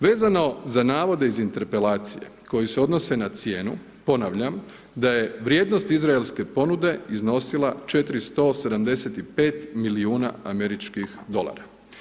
Vezano za navode iz interpelacije koji se odnose na cijenu, ponavljam da je vrijednost izraelske ponude iznosila 475 milijuna američkih dolara.